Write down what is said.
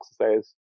exercise